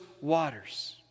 waters